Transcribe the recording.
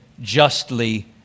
justly